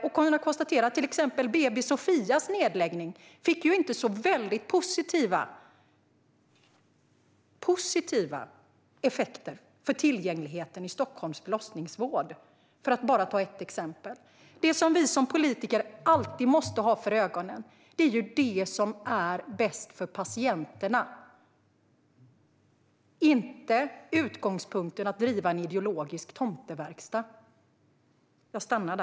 Jag kan konstatera att BB Sophias nedläggning inte fick särskilt positiva effekter för tillgängligheten i Stockholms förlossningsvård. Vad vi politiker alltid måste ha för ögonen är vad som är bäst för patienterna, inte att ha utgångspunkten att driva en ideologisk tomteverkstad.